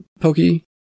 Pokey